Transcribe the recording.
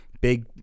big